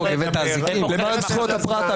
למען זכויות הפרט,